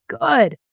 Good